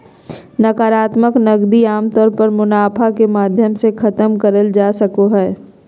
नाकरात्मक नकदी आमतौर पर मुनाफा के माध्यम से खतम करल जा सको हय